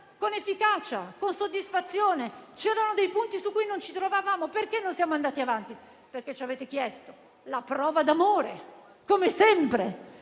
con efficacia, con soddisfazione. C'erano dei punti su cui non ci trovavamo e non siamo andati avanti perché ci avete chiesto la prova d'amore, come sempre.